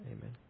Amen